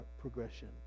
progression